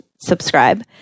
subscribe